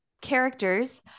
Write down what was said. characters